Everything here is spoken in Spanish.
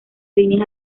líneas